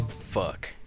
Fuck